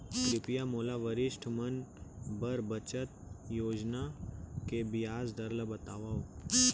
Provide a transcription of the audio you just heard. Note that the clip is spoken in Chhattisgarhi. कृपया मोला वरिष्ठ मन बर बचत योजना के ब्याज दर ला बतावव